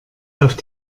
auf